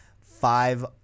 five